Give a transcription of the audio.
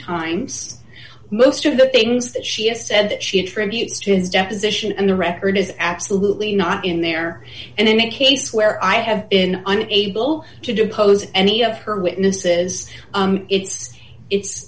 times most of the things that she has said that she attributes to his deposition and the record is absolutely not in there and in that case where i have been unable to depose any of her witnesses it's it's